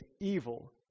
evil